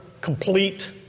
complete